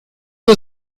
nur